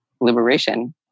liberation